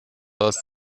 aus